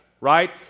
right